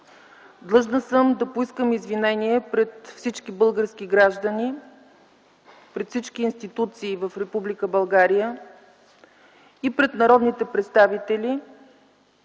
Длъжна съм да поискам извинение пред всички български граждани, пред всички институции в Република България, и пред народните представители,